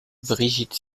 brigitte